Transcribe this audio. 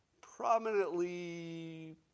prominently